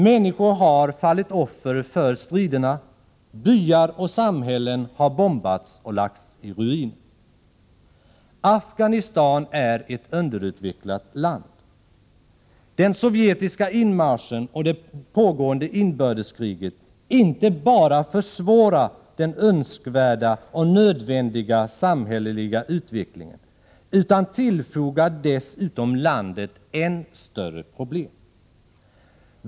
Människor har fallit offer för striderna, byar och samhällen har bombats och lagts i ruiner. Afghanistan är ett underutvecklat land. Den sovjetiska inmarschen och det pågående inbördeskriget inte bara försvårar den önskvärda och nödvändiga samhälleliga utvecklingen utan tillfogar dessutom landet än större problem.